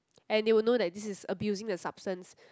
and they will know that this is abusing the substance